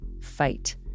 fight